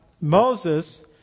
Moses